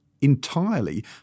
entirely